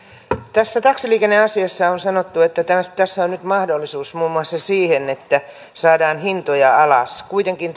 tässä taksiliikenneasiassa on sanottu että tässä on nyt mahdollisuus muun muassa siihen että saadaan hintoja alas kuitenkin